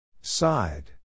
Side